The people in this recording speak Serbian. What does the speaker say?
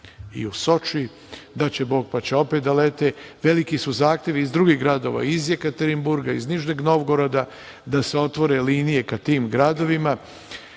i u Soči. Daće Bog pa će opet da lete. Veliki su zahtevi i iz drugih gradova, iz Jekateringburga, iz Nižnjeg Nonvgoroda, da se otvore linije ka tim gradovima